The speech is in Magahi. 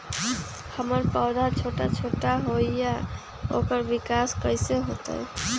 हमर पौधा छोटा छोटा होईया ओकर विकास कईसे होतई?